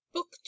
Book